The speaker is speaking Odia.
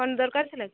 କ'ଣ ଦରକାର ଥିଲା କି